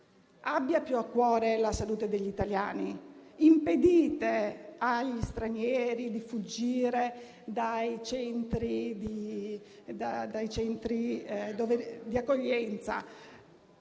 abbia più a cuore la salute degli italiani. Impedite agli stranieri di fuggire dai centri di accoglienza;